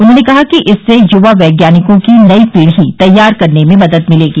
उन्होंने कहा कि इससे यूवा वैज्ञानिकों की नई पीढ़ी तैयार करने में मदद मिलेगी